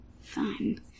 Fine